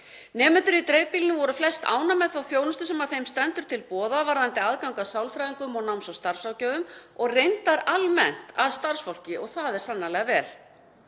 Nemendur í dreifbýlinu voru flest ánægð með þá þjónustu sem þeim stendur til boða varðandi aðgang að sálfræðingum og náms- og starfsráðgjöfum og reyndar almennt að starfsfólki og það er sannarlega vel.